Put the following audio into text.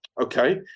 okay